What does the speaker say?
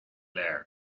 léir